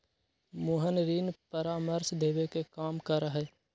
मोहन ऋण परामर्श देवे के काम करा हई